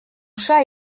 chat